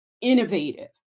innovative